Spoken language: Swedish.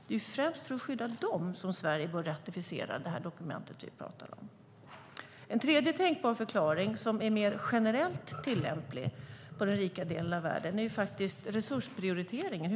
Det är främst för att skydda dem som Sverige bör ratificera det dokument vi talar om. En tredje tänkbar förklaring som är mer generellt tillämplig på den rika delen av världen är resursprioriteringen.